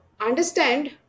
understand